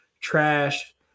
trash